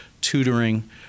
tutoring